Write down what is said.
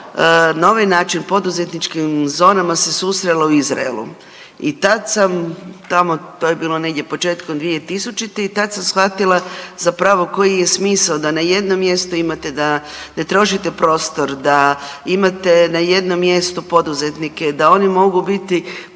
na ovaj način poduzetničkim zonama se susrela u Izraelu. I tad sam tamo to je bilo negdje početkom 2000. i tad sam shvatila koji je smisao da na jednom mjestu imate, da ne trošite prostor, da imate na jednom mjestu poduzetnike, da oni mogu biti